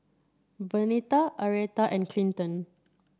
Vernita Arietta and Clinton